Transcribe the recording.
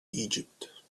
egypt